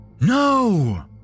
No